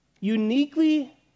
uniquely